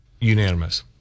Unanimous